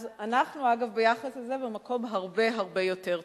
אנחנו, אגב, ביחס הזה במקום הרבה הרבה יותר טוב.